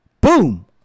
boom